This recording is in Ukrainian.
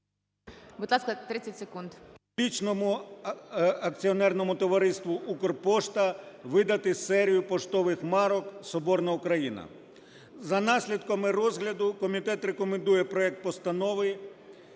Будь ласка, 30 секунд.